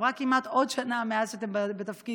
עברה כמעט עוד שנה מאז שאתם בתפקיד,